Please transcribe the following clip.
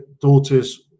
daughters